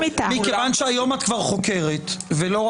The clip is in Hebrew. אבל מגילת זכויות אדם או הגנה מלאה